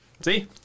See